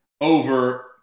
over